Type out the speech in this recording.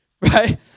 right